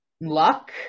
luck